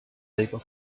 labor